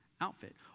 Outfit